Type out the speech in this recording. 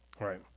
Right